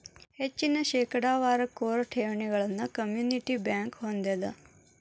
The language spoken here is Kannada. ಹೆಚ್ಚಿನ ಶೇಕಡಾವಾರ ಕೋರ್ ಠೇವಣಿಗಳನ್ನ ಕಮ್ಯುನಿಟಿ ಬ್ಯಂಕ್ ಹೊಂದೆದ